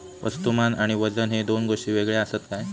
वस्तुमान आणि वजन हे दोन गोष्टी वेगळे आसत काय?